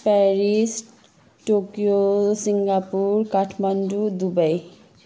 Paris Tokyo Singapore Kathmandu Dubai